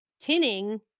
Tinning